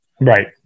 Right